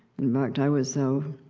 in fact, i was so.